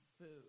food